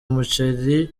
umuceri